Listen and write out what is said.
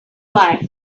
life